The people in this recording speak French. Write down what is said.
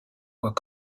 voit